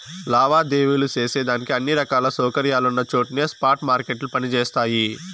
లావాదేవీలు సేసేదానికి అన్ని రకాల సౌకర్యాలున్నచోట్నే స్పాట్ మార్కెట్లు పని జేస్తయి